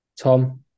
Tom